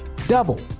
Double